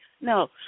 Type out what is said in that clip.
No